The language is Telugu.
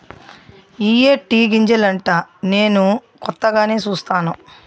ఇయ్యే టీ గింజలంటా నేను కొత్తగానే సుస్తాను